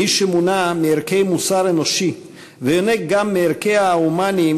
מי שמונע מערכי מוסר אנושי ויונק גם מערכיה ההומניים